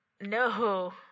no